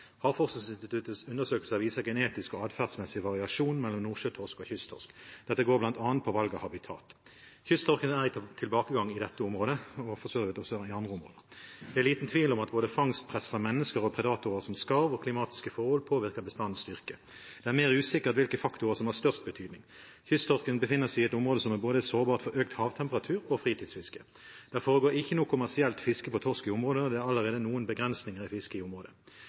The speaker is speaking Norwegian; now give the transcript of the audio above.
har foreslått. Kysttorskstammen er en genetisk og atferdsmessig variant av Gadus morhua. Havforskningsinstituttets undersøkelse viser genetisk og atferdsmessig variasjon mellom nordsjøtorsk og kysttorsk. Dette går bl.a. på valg av habitat. Kysttorsken er i tilbakegang i dette området, og for så vidt også i andre områder. Det er liten tvil om at både fangstpress fra mennesker, predatorer som skarv og klimatiske forhold påvirker bestandens styrke. Det er mer usikkert hvilke faktorer som har størst betydning. Kysttorsken befinner seg i et område som er sårbart for både økt havtemperatur og fritidsfiske. Det foregår ikke noe kommersielt fiske etter torsk i området, og det er allerede noen begrensninger i fisket i området.